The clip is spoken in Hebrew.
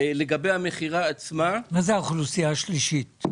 מה זה האוכלוסייה השלישית?